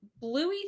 Bluey